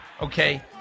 okay